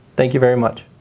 thank you very much.